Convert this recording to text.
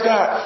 God